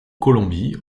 colombie